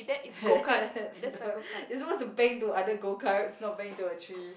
it's not it's supposed to bang into other go-karts not bang into a tree